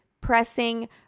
pressing